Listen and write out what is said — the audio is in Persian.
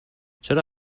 چرا